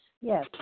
Yes